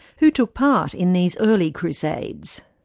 who took part in these early crusades?